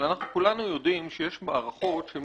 אבל כולנו יודעים שיש מערכות שהן